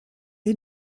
est